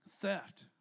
Theft